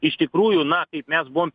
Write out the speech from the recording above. iš tikrųjų na kaip mes buvom